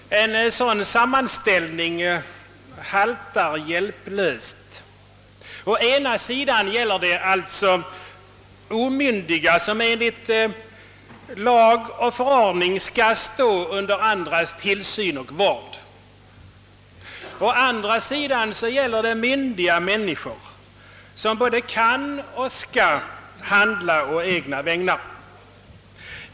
En sådan sammanställning haltar hjälplöst. Å ena sidan gäller det omyndiga — barn .— som enligt lag och förordning skall: stå under andras tillsyn och vård, å andra sidan gäller det myndiga personer som både kan och skall handla å egna vägnar.